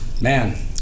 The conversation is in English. Man